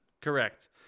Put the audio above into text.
Correct